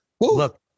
Look